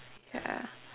ya